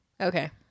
Okay